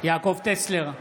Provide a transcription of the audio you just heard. יעקב טסלר,